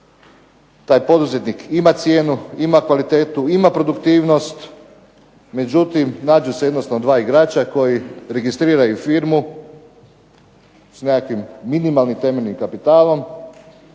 taj poduzetnik ima cijenu, ima kvalitetu, ima produktivnost, međutim nađu se jednostavno dva igrača koji registriraju firmu s nekakvim minimalnim temeljnim kapitalom,